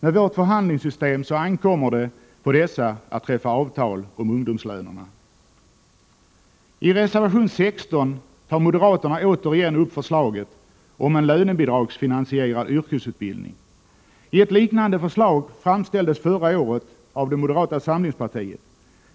Med vårt förhandlingssystem ankommer det på dessa att träffa avtal om ungdomslönerna. I reservation nr 16 tar moderaterna återigen upp förslaget om lönebidragsfinansierad yrkesutbildning. Ett liknande förslag framställdes förra året av moderata samlingspartiet.